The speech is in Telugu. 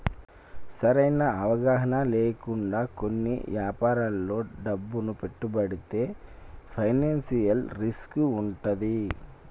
సరైన అవగాహన లేకుండా కొన్ని యాపారాల్లో డబ్బును పెట్టుబడితే ఫైనాన్షియల్ రిస్క్ వుంటది